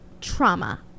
Trauma